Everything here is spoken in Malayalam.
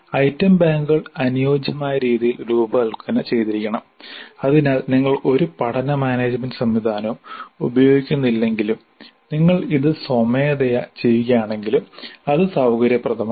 ഐറ്റം ബാങ്കുകൾ അനുയോജ്യമായ രീതിയിൽ രൂപകൽപ്പന ചെയ്തിരിക്കണം അതിനാൽ നിങ്ങൾ ഒരു പഠന മാനേജുമെന്റ് സംവിധാനവും ഉപയോഗിക്കുന്നില്ലെങ്കിലും നിങ്ങൾ ഇത് സ്വമേധയാ ചെയ്യുകയാണെങ്കിലും അത് സൌകര്യപ്രദമാണ്